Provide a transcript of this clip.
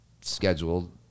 scheduled